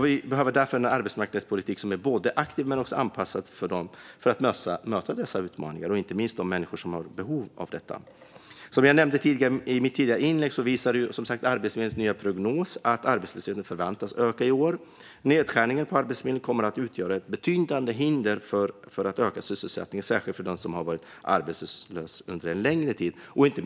Vi behöver därför en arbetsmarknadspolitik som är aktiv och anpassad för att möta dessa utmaningar och inte minst för de människor som är i behov av den. Som jag nämnde i ett tidigare inlägg visar Arbetsförmedlingens nya prognos att arbetslösheten väntas öka i år. Nedskärningar på Arbetsförmedlingen kommer att utgöra ett betydande hinder för att öka sysselsättningen, särskilt för den som har varit arbetslös under en längre tid.